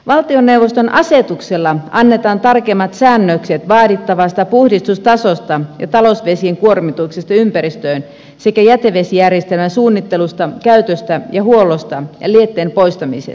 valtioneuvoston asetuksella annetaan tarkemmat säännökset vaadittavasta puhdistustasosta ja talousvesien kuormituksesta ympäristöön sekä jätevesijärjestelmän suunnittelusta käytöstä ja huollosta ja lietteen poistamisesta